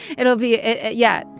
it'll be yeah.